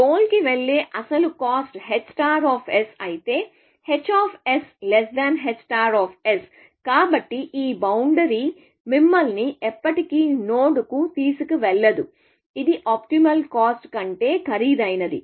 goal కి వెళ్ళే అసలు కాస్ట్ h అయితే h h కాబట్టి ఈ బౌండరీ మిమ్మల్ని ఎప్పటికీ నోడ్కు తీసుకెళ్లదు ఇది ఆప్టిమల్ కాస్ట్ కంటే ఖరీదైనది